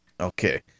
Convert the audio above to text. Okay